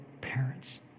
parents